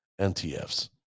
NTFs